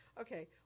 okay